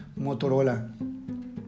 Motorola